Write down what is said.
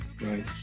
right